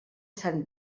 sant